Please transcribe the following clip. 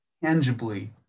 tangibly